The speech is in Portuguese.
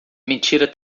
mentira